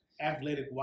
Athletic